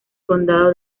condado